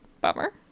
bummer